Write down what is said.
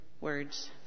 words